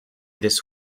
this